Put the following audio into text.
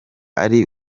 ari